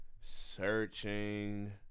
Searching